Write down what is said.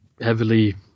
heavily